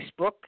Facebook